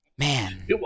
Man